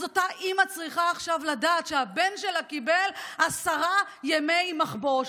אז אותה אימא צריכה עכשיו לדעת שהבן שלה קיבל עשרה ימי מחבוש.